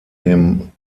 dem